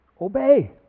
obey